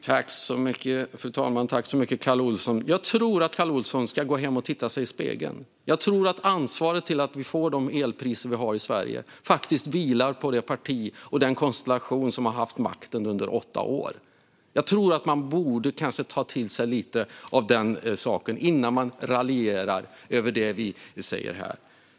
Fru talman! Tack så mycket, Kalle Olsson! Jag tror att Kalle Olsson ska gå hem och titta sig i spegeln. Ansvaret för att vi får de elpriser vi har i Sverige vilar på det parti och den konstellation som har haft makten under åtta år. Man borde kanske ta till sig lite av den saken innan man raljerar över det vi säger här.